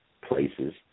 places